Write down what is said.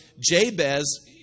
Jabez